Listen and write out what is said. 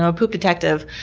ah poop detective.